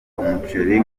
umuceri